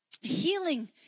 healing